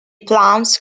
plumes